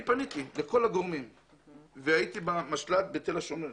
אני פניתי לכל הגורמים והייתי במשל"ט בתל-השומר וכתבתי: